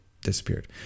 disappeared